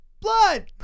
blood